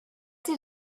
did